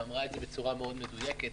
היא אמרה את זה בצורה מאוד מדויקת.